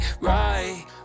right